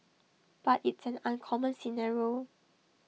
but it's an uncommon scenario